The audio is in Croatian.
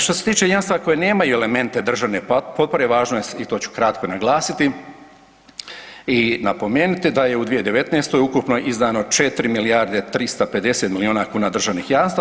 Što se tiče jamstva koja nemaju elemente državne potpore važno je i to ću kratko naglasiti i napomenuti da je u 2019. ukupno izdano 4 milijarde i 350 milijuna kuna državnih jamstava.